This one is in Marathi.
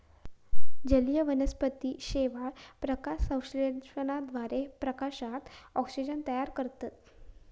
जलीय वनस्पती शेवाळ, प्रकाशसंश्लेषणाद्वारे प्रकाशात ऑक्सिजन तयार करतत